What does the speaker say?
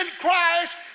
Christ